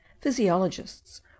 Physiologists